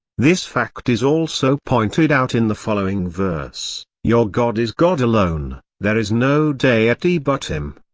this fact is also pointed out in the following verse your god is god alone, there is no deity but him.